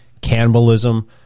cannibalism